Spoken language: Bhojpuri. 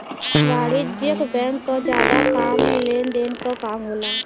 वाणिज्यिक बैंक क जादा काम लेन देन क काम होला